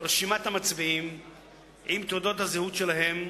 רשימת המצביעים עם מספרי תעודות הזהות שלהם,